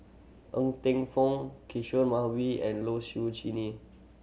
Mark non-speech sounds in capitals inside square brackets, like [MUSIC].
Ng Teng Fong Kishore [UNINTELLIGIBLE] and Low Siew [UNINTELLIGIBLE]